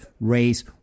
race